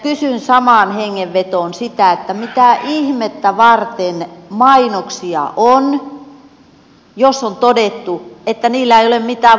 kysyn samaan hengenvetoon sitä että mitä ihmettä varten mainoksia on jos on todettu että niillä ei ole mitään vaikutusta mihinkään